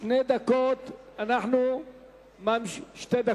88א של חברת הכנסת שלי יחימוביץ, איתן